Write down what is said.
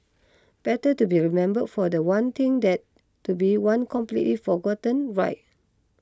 better to be remembered for that one thing than to be one completely forgotten right